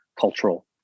cultural